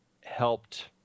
helped